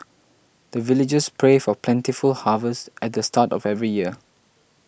the villagers pray for plentiful harvest at the start of every year